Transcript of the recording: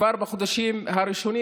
כבר בחודשים הראשונים,